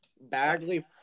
Bagley